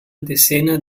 decena